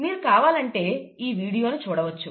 మీరు కావాలంటే ఈ వీడియోను చూడవచ్చు